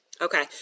Okay